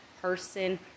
person